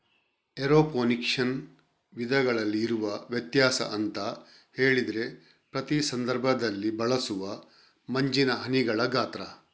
ಏರೋಫೋನಿಕ್ಸಿನ ವಿಧಗಳಲ್ಲಿ ಇರುವ ವ್ಯತ್ಯಾಸ ಅಂತ ಹೇಳಿದ್ರೆ ಪ್ರತಿ ಸಂದರ್ಭದಲ್ಲಿ ಬಳಸುವ ಮಂಜಿನ ಹನಿಗಳ ಗಾತ್ರ